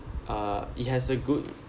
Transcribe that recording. uh it has a good